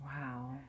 wow